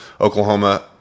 Oklahoma